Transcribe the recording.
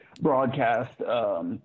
broadcast